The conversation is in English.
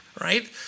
right